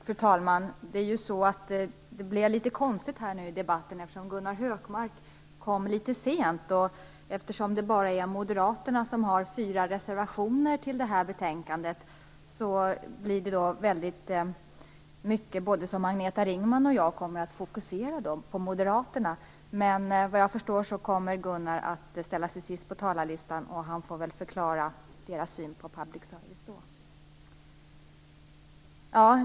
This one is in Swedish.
Fru talman! Det blev litet konstigt i debatten, eftersom Gunnar Hökmark kom sent. Det är bara Moderaterna som har fogat fyra reservationer till betänkandet. Både Agneta Ringman och jag kommer att fokusera oss på Moderaterna. Vad jag förstår kommer Gunnar Hökmark att få ordet sist på talarlistan. Han får väl då förklara Moderaternas syn på public service.